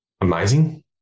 amazing